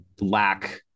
lack